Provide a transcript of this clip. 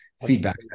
feedback